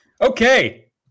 okay